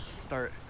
start